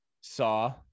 Saw